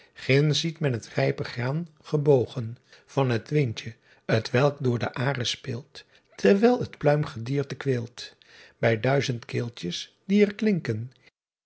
inds ziet men t rijpe graan gebogen an t windje t welk door de airen speelt erwijl het pluimgedierte kweelt it duizend keeltjes die er